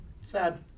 Sad